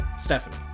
Stephanie